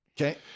Okay